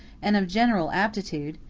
and of general aptitude,